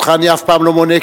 אותך אני אף פעם לא מונה,